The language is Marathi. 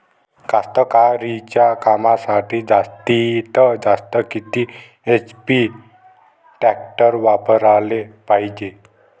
कास्तकारीच्या कामासाठी जास्तीत जास्त किती एच.पी टॅक्टर वापराले पायजे?